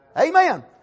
Amen